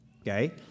okay